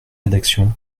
rédaction